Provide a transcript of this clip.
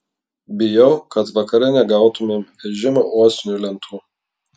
bijau kad vakare negautumėm vežimo uosinių lentų